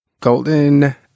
golden